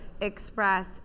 Express